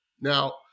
Now